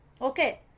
Okay